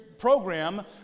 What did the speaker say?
program